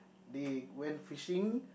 they went fishing